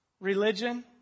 religion